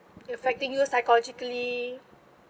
affecting you psychologically